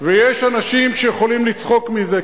ויש אנשים שיכולים לצחוק מזה,